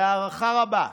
להערכה רבה.